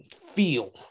feel